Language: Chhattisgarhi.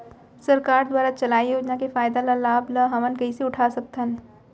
सरकार दुवारा चलाये योजना के फायदा ल लाभ ल हमन कइसे उठा सकथन?